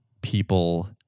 people